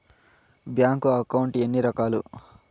bank account ఎన్ని రకాలు